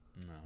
No